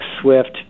Swift